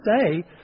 say